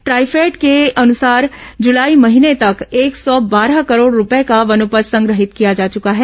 ट्राइफेड के अनुसार जुलाई महीने तक एक सौ बारह करोड़ रूपये का वनोपज संग्रहित किया जा चुका है